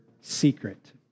secret